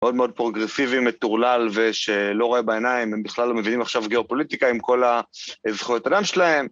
מאוד מאוד פרוגרסיבי, מטורלל, ושלא רואה בעיניים, הם בכלל לא מבינים עכשיו גיאופוליטיקה עם כל הזכויות אדם שלהם.